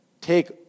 take